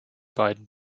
beiden